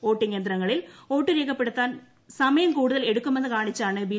voting യന്ത്രങ്ങളിൽ വോട്ടു രേഖപ്പെടുത്താൻ സമയം കൂടുതൽ എടുക്കുമെന്ന് കാണിച്ചാണ് ബി